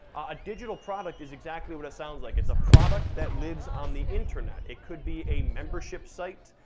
a digital product is exactly what it sounds like, it's a product that lives on the internet. it could be a membership site,